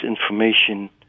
information